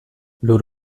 lur